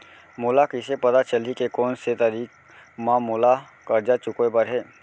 मोला कइसे पता चलही के कोन से तारीक म मोला करजा चुकोय बर हे?